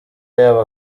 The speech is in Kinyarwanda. yabo